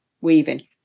weaving